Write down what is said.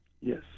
Yes